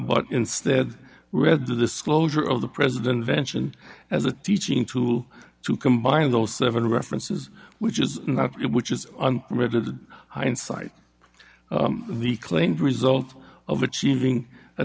but instead read the disclosure of the president vention as a teaching tool to combine those seven references which is which is permitted hindsight the claimed result of achieving a